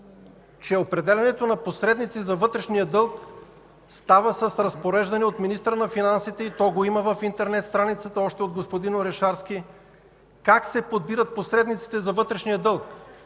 че определянето на посредници за вътрешния дълг става с разпореждане от министъра на финансите и го има в интернет страницата още от господин Орешарски; как се подбират посредниците за вътрешния дълг.